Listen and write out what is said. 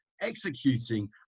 executing